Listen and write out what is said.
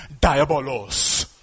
diabolos